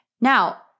Now